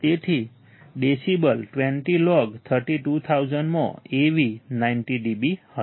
તેથી decibel 20 log 32000 માં AV 90 dB હશે